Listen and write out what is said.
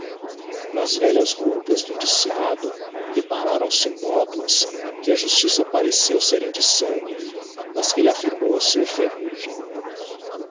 nas velhas roupas do indiciado depararam se nódoas que á justiça pareceu serem de sangue masque elleaffirraou ser ferrugem